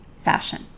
fashion